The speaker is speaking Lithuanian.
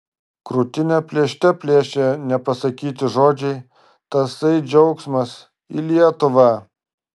krūtinę plėšte plėšė nepasakyti žodžiai tasai džiaugsmas į lietuvą